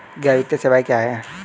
गैर वित्तीय सेवाएं क्या हैं?